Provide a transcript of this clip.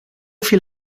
viel